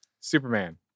Superman